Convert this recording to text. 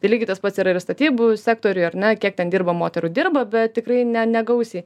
tai lygiai tas pats yra ir statybų sektoriuj ar ne kiek ten dirba moterų dirba bet tikrai ne negausiai